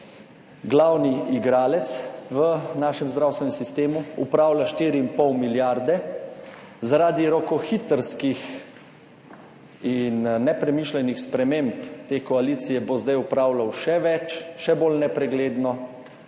(Nadaljevanje) v našem zdravstvenem sistemu, upravlja 4 in pol milijarde. Zaradi rokohitrskih in nepremišljenih sprememb te koalicije bo zdaj opravljal še več, še bolj nepregledno